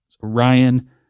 Ryan